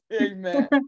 Amen